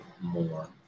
more